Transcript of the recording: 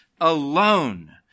alone